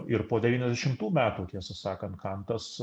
ir po devyniasdešimtų metų tiesą sakant kantas